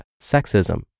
sexism